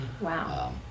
Wow